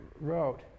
wrote